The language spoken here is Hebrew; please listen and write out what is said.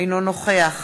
אינו נוכח